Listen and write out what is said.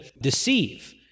deceive